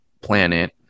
planet